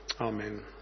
Amen